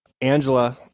Angela